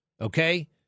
Okay